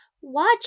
watch